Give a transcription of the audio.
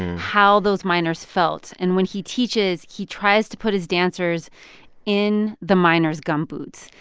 how those miners felt. and when he teaches, he tries to put his dancers in the miners' gumboots.